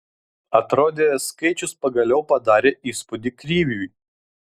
atrodė skaičius pagaliau padarė įspūdį kriviui